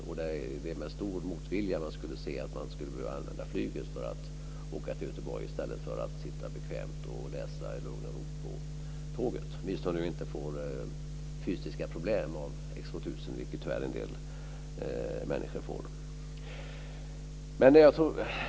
Och det är med stor motvilja man skulle se att man skulle behöva använda flyget för att åka till Göteborg i stället för att sitta bekvämt och läsa i lugn och ro på tåget, åtminstone om vi inte får fysiska problem av X 2000, vilket tyvärr en del människor får.